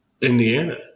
Indiana